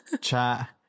chat